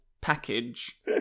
package